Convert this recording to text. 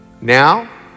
now